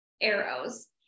arrows